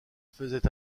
faisait